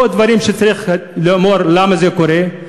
או דברים שצריך לומר למה הם קורים?